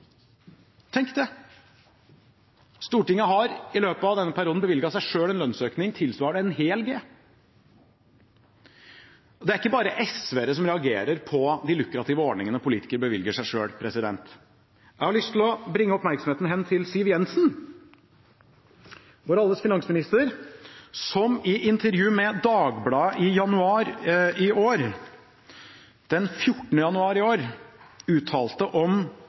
Tenk det. Stortinget har i denne perioden bevilget seg selv en lønnsøkning tilsvarende en hel G. Det er ikke bare SV-ere som reagerer på de lukrative ordningene politikere bevilger seg selv. Jeg har lyst til å bringe oppmerksomheten hen til Siv Jensen, vår alles finansminister, som i et intervju med Dagbladet den 14. januar i år, uttalte følgende om